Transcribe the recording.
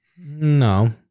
No